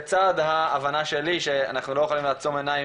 לצד ההבנה שלי שאנחנו לא יכולים לעצום עיניים